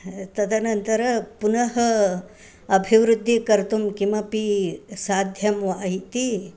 तदनन्तरं पुनः अभिवृद्धिः कर्तुं किमपि साध्यं वा इति